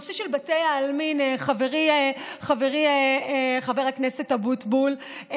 חברי חבר הכנסת אבוטבול,